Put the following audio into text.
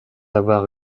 avoir